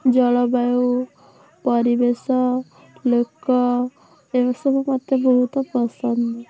ଜଳବାୟୁ ପରିବେଶ ଲୋକ ଏ ସବୁ ମୋତେ ବହୁତ ପସନ୍ଦ